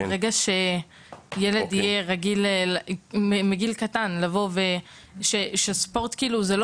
ברגע שילד יהיה רגיל מגיל קטן לכך שספורט הוא לא